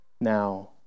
now